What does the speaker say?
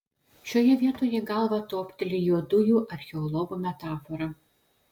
šioje vietoje į galvą topteli juodųjų archeologų metafora